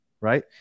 right